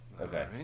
Okay